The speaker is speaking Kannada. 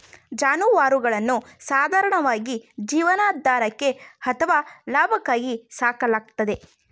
ಜಾನುವಾರುಗಳನ್ನು ಸಾಧಾರಣವಾಗಿ ಜೀವನಾಧಾರಕ್ಕೆ ಅಥವಾ ಲಾಭಕ್ಕಾಗಿ ಸಾಕಲಾಗ್ತದೆ